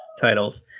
titles